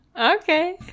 Okay